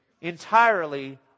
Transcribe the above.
entirely